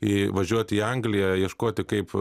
į važiuoti į angliją ieškoti kaip